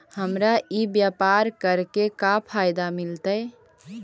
हमरा ई व्यापार करके का फायदा मिलतइ?